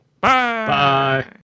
Bye